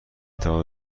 توانم